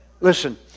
Listen